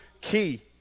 key